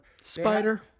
Spider